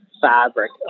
fabric